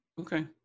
Okay